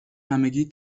همگی